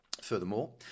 Furthermore